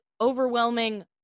overwhelming